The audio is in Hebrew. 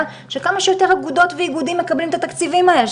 שכמה שיותר אגודות ואיגודים מקבלים את הכספים האלה,